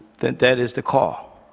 then that is the call.